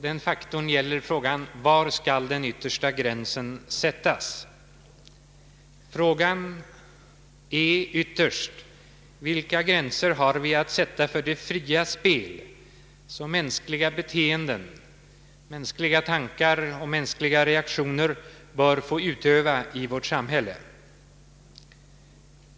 Den faktorn gäller frågan: Var skall den yttersta gränsen sättas? Frågan är ytterst: Vilka gränser har vi att sätta för det fria spel som mänskliga beteenden, mänskliga tankar och reaktioner bör få utöva i vårt samhälle?